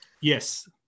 Yes